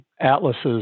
atlases